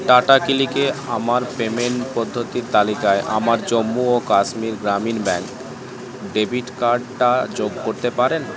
tata ক্লিকে আমার payment পদ্ধতির তালিকায় আমার জম্মু ও কাশ্মীর গ্রামীণ ব্যাঙ্ক ডেবিট কার্ডটা যোগ করতে পারেন